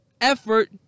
effort